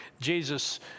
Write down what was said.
Jesus